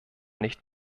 nicht